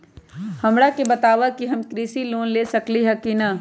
हमरा के बताव कि हम कृषि लोन ले सकेली की न?